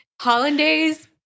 Hollandaise